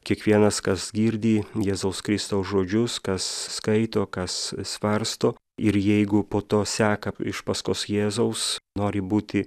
kiekvienas kas girdi jėzaus kristaus žodžius kas skaito kas svarsto ir jeigu po to seka iš paskos jėzaus nori būti